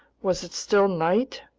was it still night?